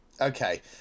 Okay